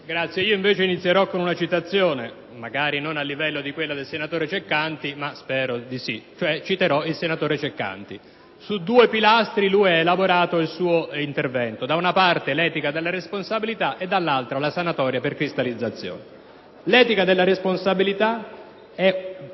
inizierò invece con una citazione (magari non a livello di quella del senatore Ceccanti, ma spero di sì): citerò il senatore Ceccanti. Egli ha elaborato il suo intervento su due pilastri: da una parte, l'etica della responsabilità e, dall'altra, la sanatoria per cristallizzazione. L'etica della responsabilità è,